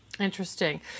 Interesting